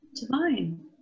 divine